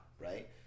right